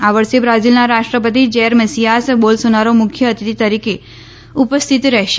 આ વર્ષે બ્રાઝિલના રાષ્ટ્રપતિ જેર મસિઆસ બોલસોનારો મુખ્ય અતિથિ તરીકે ઉપસ્થિત રહેશે